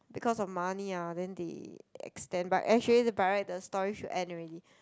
because of money ah then they extend but actually the by right the story should end already